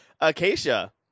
Acacia